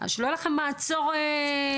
שלא יהיה לכם מעצור משפטי.